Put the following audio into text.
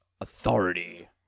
authority